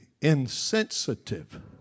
insensitive